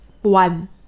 one